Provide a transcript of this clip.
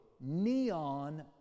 neon